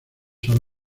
son